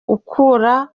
ukura